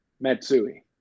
matsui